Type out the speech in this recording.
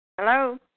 Hello